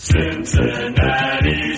Cincinnati